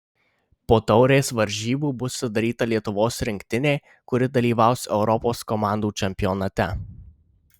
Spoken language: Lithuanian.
po taurės varžybų bus sudaryta lietuvos rinktinė kuri dalyvaus europos komandų čempionate